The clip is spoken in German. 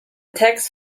text